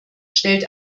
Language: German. stellt